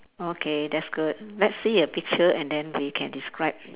okay that's good let's see a picture and then we can describe